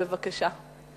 בבקשה.